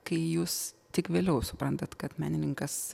kai jūs tik vėliau suprantat kad menininkas